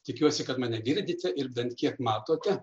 tikiuosi kad mane girdite ir bent kiek matote